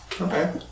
Okay